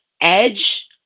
edge